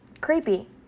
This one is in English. creepy